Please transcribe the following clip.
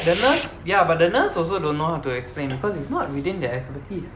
the nurse ya but the nurse also don't know how to explain because it's not within their expertise